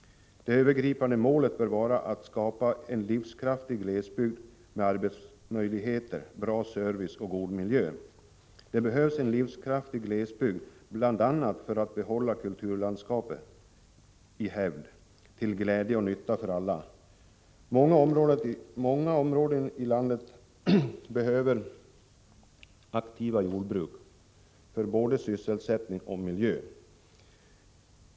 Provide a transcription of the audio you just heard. Det övergripande målet bör vara att skapa en livskraftig glesbygd med arbetsmöjligheter, bra service och god miljö. Detta är nödvändigt bl.a. för att hålla kulturlandskapet i hävd, till glädje och nytta för alla. Många områden i landet behöver aktiva jordbruk både för att skapa sysselsättning och för att bevara miljön.